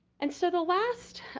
and so, the last